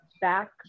back